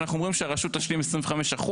אנחנו אומרים שהרשות תשלים 25%,